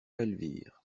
elvire